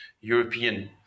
european